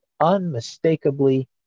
unmistakably